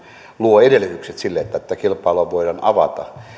luo edellytykset sille että kilpailua voidaan avata